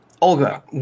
olga